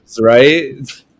right